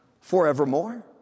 forevermore